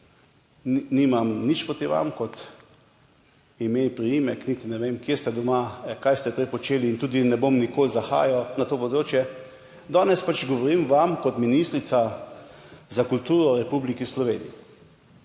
nimam nič proti vam kot ime in priimek, niti ne vem kje ste doma, kaj ste prej počeli in tudi ne bom nikoli zahajal na to področje. Danes govorim vam kot ministrica za kulturo v Republiki Sloveniji,